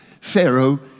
Pharaoh